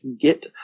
get